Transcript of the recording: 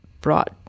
brought